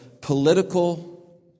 political